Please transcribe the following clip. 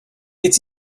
its